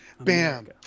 Bam